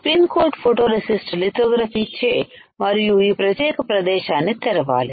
spin coat photoresist lithography చే మరియు ఈ ప్రత్యేక ప్రదేశాన్ని తెరవాలి